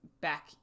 back